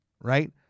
Right